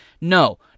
No